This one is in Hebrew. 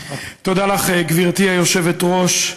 תודה לך, גברתי היושבת-ראש.